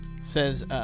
says